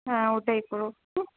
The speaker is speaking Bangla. হ্যাঁ ওটাই করো